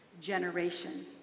Generation